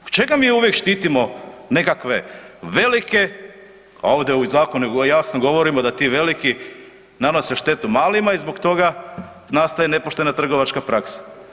Zbog čega mi uvijek štitimo nekakve velike a ovdje u ovom zakonu jasno govorimo da ti veliki nanose štetu malima i zbog toga nastaje nepoštena trgovačka praksa?